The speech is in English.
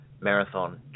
marathon